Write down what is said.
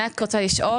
אני רוצה לשאול